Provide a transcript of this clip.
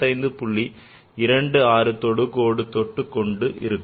26 தொடுகோடு தொட்டு கொண்டு இருக்கும்